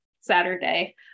Saturday